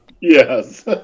Yes